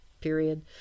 period